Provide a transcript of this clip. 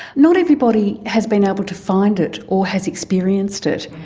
not everybody has been able to find it or has experienced it.